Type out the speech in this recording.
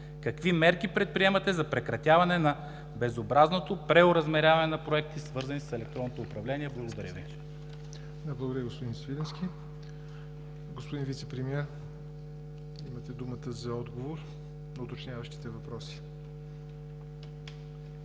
Какви мерки предприемате за прекратяване на безобразното преоразмеряване на проекти, свързани с електронното управление? Благодаря Ви. ПРЕДСЕДАТЕЛ ЯВОР НОТЕВ: Благодаря, господин Свиленски. Господин Вицепремиер, имате думата за отговор на уточняващите въпроси.